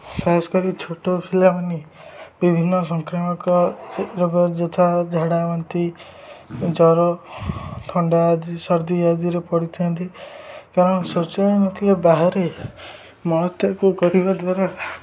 ଖାସ୍ କରି ଛୋଟ ପିଲାମାନେ ବିଭିନ୍ନ ସଂକ୍ରାମକ ରୋଗ ଯଥା ଝାଡ଼ା ବାନ୍ତି ଜ୍ଵର ଥଣ୍ଡା ଆଦି ଶର୍ଦି ଆଦିରେ ପଡ଼ିଥାନ୍ତି କାରଣ ଶୌଚାଳୟ ନଥିଲେ ବାହାରେ ମଳତ୍ୟାଗ କରିବା ଦ୍ୱାରା